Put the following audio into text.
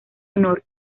honor